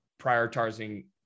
prioritizing